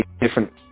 different